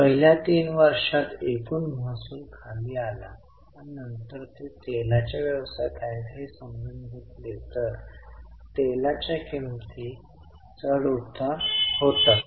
पहिल्या 3 वर्षात एकूण महसूल खाली आला आणि नंतर ते तेलाच्या व्यवसायात आहेत हे समजून घेतले तर तेलाच्या किंमती चढ उतार होतात